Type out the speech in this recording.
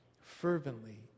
fervently